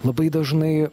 labai dažnai